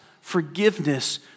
forgiveness